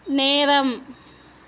நேரம்